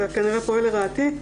זה כנראה פועל לרעתי.